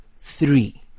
Three